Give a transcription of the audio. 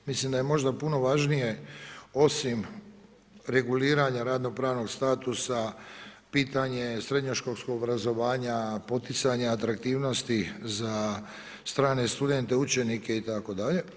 Mislim da je možda puno važnije osim reguliranja radno pravnog statusa pitanje srednjoškolskog obrazovanja, poticanja, atraktivnosti za strane studente, učenike itd.